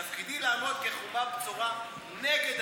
תפקידי לעמוד כחומה בצורה נגד.